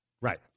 Right